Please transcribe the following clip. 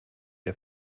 der